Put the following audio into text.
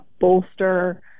bolster